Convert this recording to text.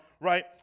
right